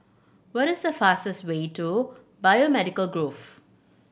what is the fastest way to Biomedical Grove